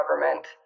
government